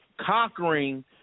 conquering